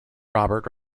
robert